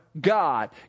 god